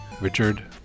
Richard